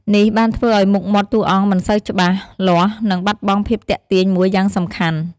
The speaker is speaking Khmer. នេះបានធ្វើឱ្យមុខមាត់តួអង្គមិនសូវច្បាស់លាស់ និងបាត់បង់ភាពទាក់ទាញមួយយ៉ាងសំខាន់ ។